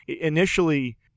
initially